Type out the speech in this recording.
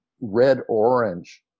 red-orange